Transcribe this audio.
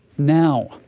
Now